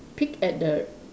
peek at the